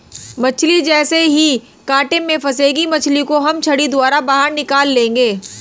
मछली जैसे ही कांटे में फंसेगी मछली को हम छड़ी द्वारा बाहर निकाल लेंगे